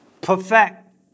perfect